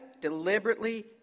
deliberately